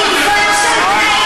ממגוון של,